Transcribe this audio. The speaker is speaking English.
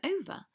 over